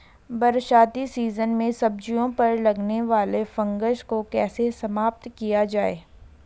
बरसाती सीजन में सब्जियों पर लगने वाले फंगस को कैसे समाप्त किया जाए?